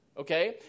okay